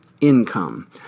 income